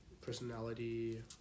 personality